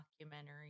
documentary